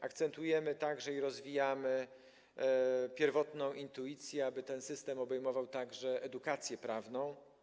Akcentujemy także i rozwijamy pierwotną intuicję, tak aby ten system obejmował także edukację prawną.